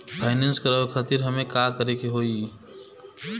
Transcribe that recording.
Finance करावे खातिर हमें का करे के होई?